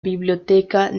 biblioteca